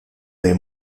dei